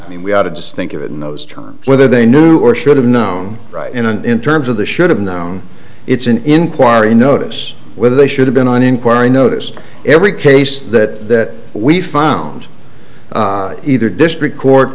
i mean we ought to just think of it in those terms whether they knew or should have known in and in terms of the should have known it's an inquiry notice whether they should have been on inquiry notice every case that we found either district court